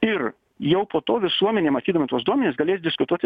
ir jau po to visuomenė matydama tuos duomenis galės diskutuoti